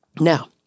Now